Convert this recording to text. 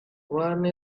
one